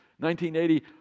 1980